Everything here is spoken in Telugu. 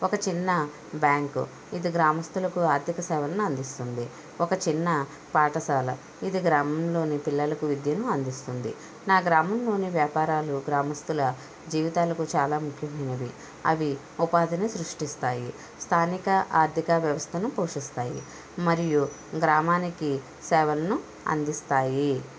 ఒక చిన్న బ్యాంకు ఇది గ్రామస్తులకు ఆర్థిక సేవలను అందిస్తుంది ఒక చిన్న పాఠశాల ఇది గ్రామంలోని పిల్లలకు విద్యను అందిస్తుంది నా గ్రామంలోని వ్యాపారాలు గ్రామస్తుల జీవితాలకు చాలా ముఖ్యమైనవి అవి ఉపాధిని సృష్టిస్తాయి స్థానిక ఆర్థిక వ్యవస్థను పోషిస్తాయి మరియు గ్రామానికి సేవలను అందిస్తాయి